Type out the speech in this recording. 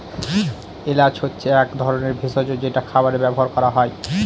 এলাচ হচ্ছে এক ধরনের ভেষজ যেটা খাবারে ব্যবহার করা হয়